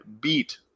beat